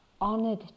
honored